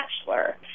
Bachelor